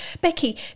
Becky